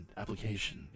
application